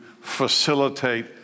facilitate